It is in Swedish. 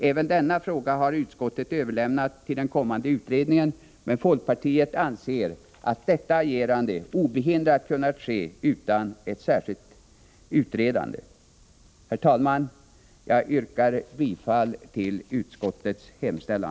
Även denna fråga har utskottet överlämnat till den kommande utredningen, men folkpartiet anser att detta agerande obehindrat kunnat ske utan ett särskilt utredande. Herr talman! Jag yrkar bifall till utskottets hemställan.